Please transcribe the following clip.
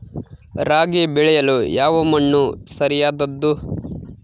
ರಾಗಿ ಬೆಳೆಯಲು ಯಾವ ಮಣ್ಣು ಸರಿಯಾದದ್ದು?